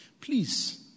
please